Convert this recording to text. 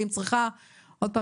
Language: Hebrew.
ואם צריכה עוד פעם